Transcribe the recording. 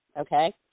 okay